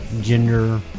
Gender